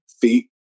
feet